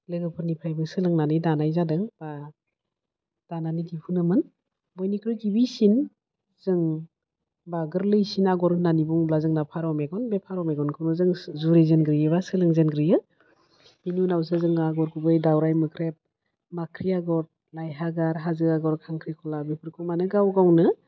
लोगोफोरनिफ्रायबो सोलोंनानै दानाय जादों बा दानानै दिहुनोमोन बयनिख्रुइ गिबिसिन जों बा गोरलैसिन आग'र होननानै बुङोब्ला जोंना फारौ मेगन बे फारौ मेगनखौनो जों जुरिजेनग्रोयो बा सोलोंजेनग्रोयो बिनि उनाव जों आगर गुबै दाउराइ मोख्रेब माख्रि आग'र लाइहाजार हाजो आग'र खांख्रि खला बेफोरखौ माने गाव गावनो